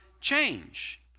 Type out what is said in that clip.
change